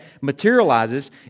materializes